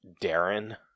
Darren